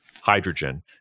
hydrogen